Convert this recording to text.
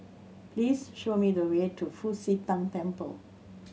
please show me the way to Fu Xi Tang Temple